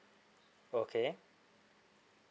okay